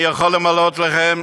אני יכול למלא לכם,